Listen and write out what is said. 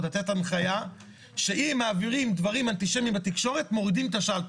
לתת הנחיה שאם מעבירים דברים אנטישמיים בתקשורת מורידים את השלטר.